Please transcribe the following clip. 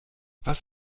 was